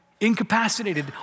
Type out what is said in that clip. incapacitated